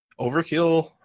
Overkill